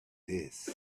this